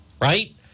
right